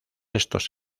estos